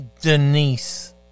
Denise